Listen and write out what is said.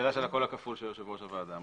הקול הכפול של יושב ראש הוועדה.